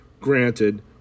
granted